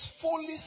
fully